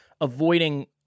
avoiding